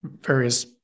various